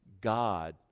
God